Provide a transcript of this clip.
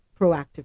proactive